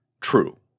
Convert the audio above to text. true